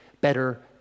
better